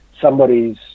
somebody's